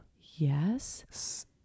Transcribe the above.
Yes